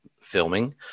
filming